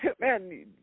man